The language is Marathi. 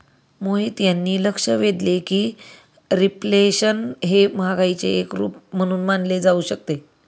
मोहित यांनी लक्ष वेधले की रिफ्लेशन हे महागाईचे एक रूप म्हणून मानले जाऊ शकते